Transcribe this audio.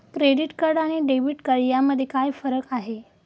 Credit card आणि debit card यामध्ये काय फरक आहे?